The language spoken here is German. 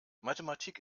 mathematik